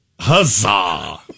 huzzah